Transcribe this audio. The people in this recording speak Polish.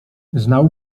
znał